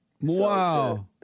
Wow